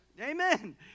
Amen